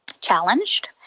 challenged